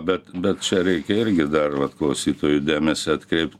bet bet čia reikia irgi dar vat klausytojų dėmesį atkreipt